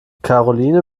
karoline